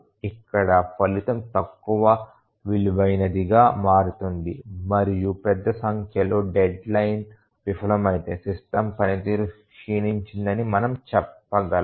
ఇక్కడ ఫలితం తక్కువ విలువైనదిగా మారుతుంది మరియు పెద్ద సంఖ్యలో డెడ్ లైన్ విఫలమైతే సిస్టమ్ పనితీరు క్షీణించిందని మనము చెప్పగలం